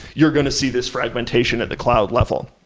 you're going to see this fragmentation at the cloud level.